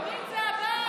ימין זה עבאס.